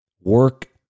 work